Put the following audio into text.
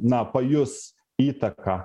na pajus įtaką